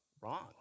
wrong